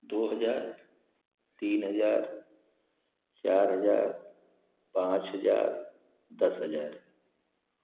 दो हजार तीन हजार चार हजार पाँच हजार दस हजार